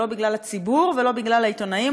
בגלל הציבור או בגלל העיתונאים,